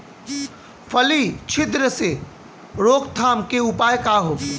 फली छिद्र से रोकथाम के उपाय का होखे?